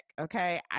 Okay